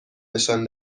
نشان